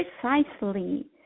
precisely